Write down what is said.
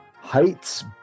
heights